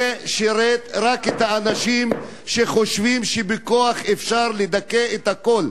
זה שירת רק את האנשים שחושבים שבכוח אפשר לדכא את הכול,